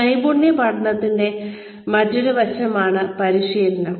നൈപുണ്യ പഠനത്തിന്റെ മറ്റൊരു വശമാണ് പരിശീലനം